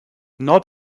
not